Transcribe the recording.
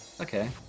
Okay